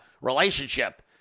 relationship